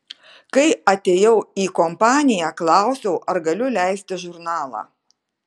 kai atėjau į kompaniją klausiau ar galiu leisti žurnalą